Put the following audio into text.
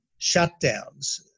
shutdowns